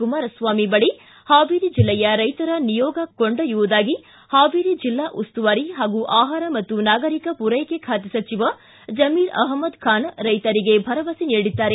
ಕುಮಾರಸ್ವಾಮಿ ಬಳಿ ಹಾವೇರಿ ಜಿಲ್ಲೆಯ ರೈತರ ನಿಯೋಗ ಕೊಂಡೊಯ್ಯವುದಾಗಿ ಹಾವೇರಿ ಜಿಲ್ಲಾ ಉಸ್ತುವಾರಿ ಹಾಗೂ ಆಹಾರ ಮತ್ತು ನಾಗರಿಕ ಪೂರೈಕೆ ಖಾತೆ ಸಚಿವ ಜಮೀರ್ ಅಹ್ನದಖಾನ್ ರೈತರಿಗೆ ಭರವಸೆ ನೀಡಿದ್ದಾರೆ